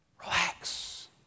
relax